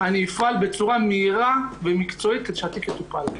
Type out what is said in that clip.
אני אפעל בצורה מהירה ומקצועית כדי שהתיק יטופל.